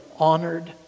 Honored